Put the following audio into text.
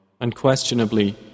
Unquestionably